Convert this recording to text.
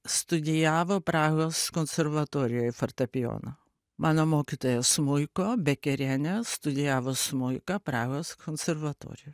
studijavo prahos konservatorijoj fortepijoną mano mokytoja smuiko bekerienė studijavo smuiką prahos konservatorijoj